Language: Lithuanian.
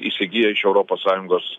įsigyja iš europos sąjungos